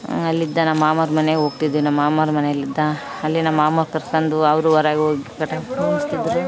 ಅಲ್ಲಿದ್ದ ನಮ್ಮ ಮಾಮರ ಮನೆಗ್ ಹೋಗ್ತಿದ್ದೆ ನಮ್ಮ ಮಾಮರ ಮನೇಲಿದ್ದ ಅಲ್ಲಿ ನಮ್ಮ ಮಾಮರು ಕರ್ಕಂಡು ಅವರು ಹೊರಗೆ